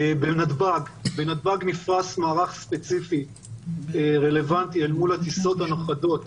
בנתב"ג נפרס מערך ספציפי רלוונטי אל מול הטיסות הנוחתות